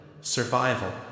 Survival